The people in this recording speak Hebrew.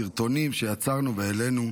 סרטונים שיצרנו והעלינו?